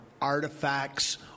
artifacts